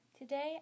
Today